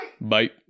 Bye